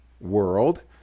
world